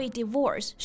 divorce